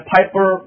Piper